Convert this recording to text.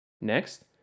Next